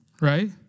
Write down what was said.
right